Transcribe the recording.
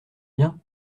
bien